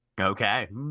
Okay